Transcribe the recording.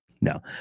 no